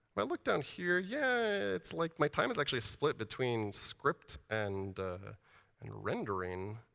i look down here, yeah, it's like my time is actually split between script and and rendering.